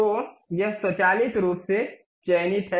तो यह स्वचालित रूप से चयनित है